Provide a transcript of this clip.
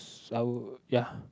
I would ya